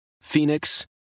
Phoenix